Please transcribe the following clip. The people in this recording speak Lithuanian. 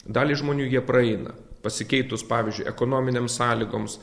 daliai žmonių jie praeina pasikeitus pavyzdžiui ekonominėms sąlygoms